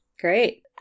great